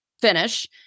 finish